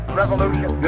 revolution